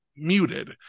muted